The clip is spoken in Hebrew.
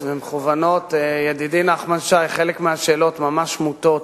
ובוודאי בשם רבים שהנושא והחוק הזה חשובים להם ביותר.